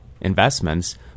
investments